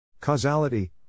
causality